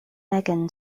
megan